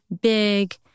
big